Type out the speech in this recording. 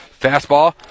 Fastball